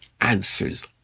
answers